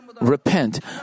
repent